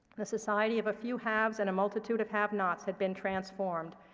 the society of a few haves and a multitude of have nots had been transformed.